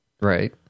right